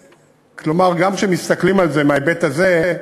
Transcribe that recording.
כלומר, גם כשמסתכלים על זה מההיבט הזה,